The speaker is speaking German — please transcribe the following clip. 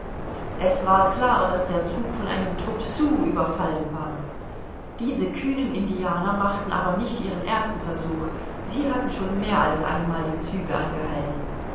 es war klar daß der zug von einem trupp sioux überfallen war diese kühnen indianer machten aber nicht ihren ersten versuch sie hatten schon mehr als einmal die züge angehalten